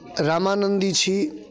रामानन्दी छी